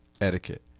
etiquette